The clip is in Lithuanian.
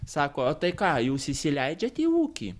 sako tai ką jūs įsileidžiate į ūkį